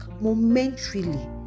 momentarily